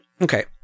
okay